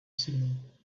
signal